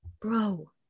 Bro